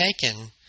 taken